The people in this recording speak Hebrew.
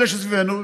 אלה שסביבנו,